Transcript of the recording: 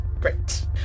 great